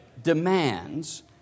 demands